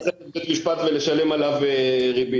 אחר כך בבית משפט ולשלם עליו ריבית.